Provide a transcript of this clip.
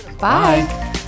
bye